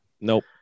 Nope